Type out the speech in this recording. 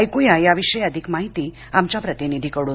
ऐक्या या विषयी अधिक माहिती आमच्या प्रतिनिधीकडून